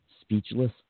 Speechless